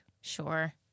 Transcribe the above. sure